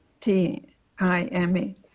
T-I-M-E